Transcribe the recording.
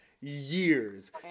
years